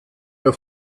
der